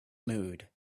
mood